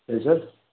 ಏನು ಸರ್